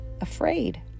afraid